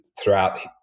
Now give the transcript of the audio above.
throughout